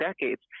decades